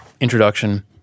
introduction